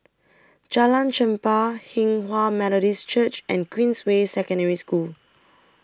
Jalan Chempah Hinghwa Methodist Church and Queensway Secondary School